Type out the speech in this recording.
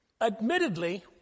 Admittedly